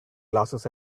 glasses